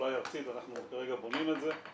אולי ארצית, אנחנו כרגע בונים את זה.